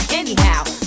anyhow